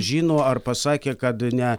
žino ar pasakė kad ne